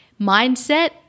mindset